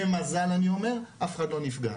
במזל אני אומר, אף אחד לא נפגע.